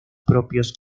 propios